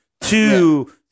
two